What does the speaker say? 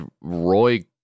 Roy